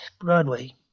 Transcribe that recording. Broadway